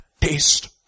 taste